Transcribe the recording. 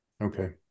Okay